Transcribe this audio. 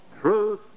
truth